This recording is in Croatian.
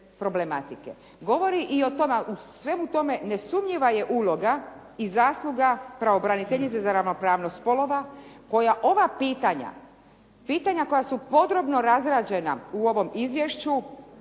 problematike. Govori i o tome, a u svemu tome nesumnjiva je uloga i zasluga pravobraniteljice za ravnopravnost spolova koja ova pitanja, pitanja koja su podrobno razrađena u ovom izvješću,